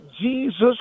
Jesus